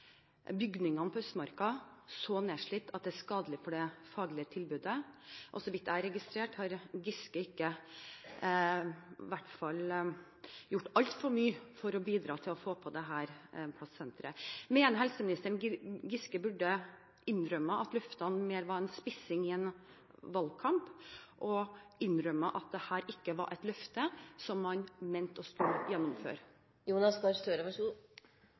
bygningene på Østmarka så nedslitt at det er skadelig for det faglige tilbudet. Så vidt jeg har registrert, har ikke Giske gjort altfor mye for å bidra til å få på plass dette senteret. Mener statsråden at Giske burde ha innrømmet at løftene mer var en spissing i en valgkamp, og at han burde innrømme at dette ikke var et løfte som man mente å